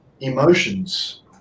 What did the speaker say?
Emotions